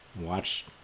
watch